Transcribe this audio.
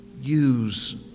use